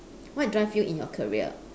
what drive you in your career